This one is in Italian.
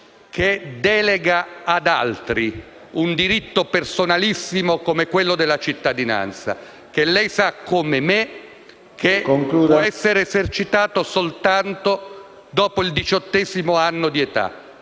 che delega ad altri un diritto personalissimo come quello della cittadinanza, che lei, come me, sa poter essere esercitato soltanto dopo il diciottesimo anno di età?